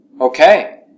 Okay